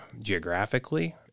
geographically